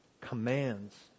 commands